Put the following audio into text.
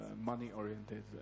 money-oriented